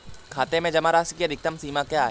खाते में जमा राशि की अधिकतम सीमा क्या है?